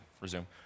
resume